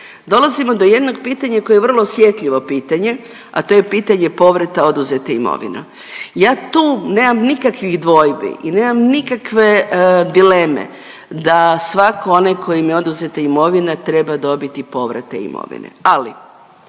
Dolazimo do jednog pitanja koje je vrlo osjetljivo pitanje, a to je pitanje povrata oduzete imovine. Ja tu nemam nikakvih dvojbi i nemam nikakve dileme da svako onaj kojem je oduzeta imovina treba dobiti povrata imovine, ali